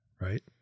right